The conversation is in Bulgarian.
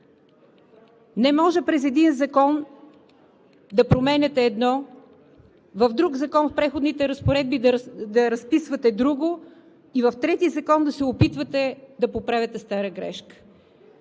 Не може през един закон да променяте едно, в Преходните разпоредби в друг закон да разписвате друго и в трети закон да се опитвате да поправяте стара грешка.